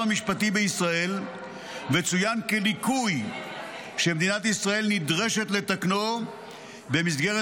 המשפטי בישראל וצוין כליקוי שמדינת ישראל נדרשת לתקנו במסגרת